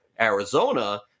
arizona